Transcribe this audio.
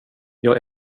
jag